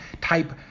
type